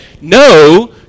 no